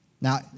Now